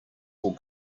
will